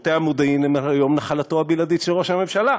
שירותי המודיעין הם היום נחלתו הבלעדית של ראש הממשלה,